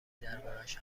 دربارهاش